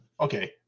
okay